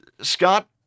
Scott